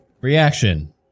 Reaction